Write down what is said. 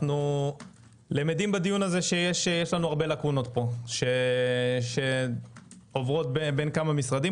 אנו למדים בדיון הזה שיש לנו הרבה לקונות שעוברות בין כמה משרדים.